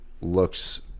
Looks